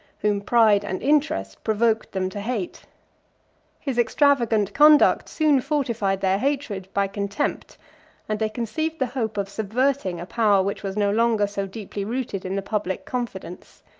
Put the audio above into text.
whom pride and interest provoked them to hate his extravagant conduct soon fortified their hatred by contempt and they conceived the hope of subverting a power which was no longer so deeply rooted in the public confidence.